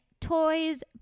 toys